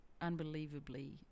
unbelievably